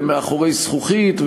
ומאחורי זכוכית,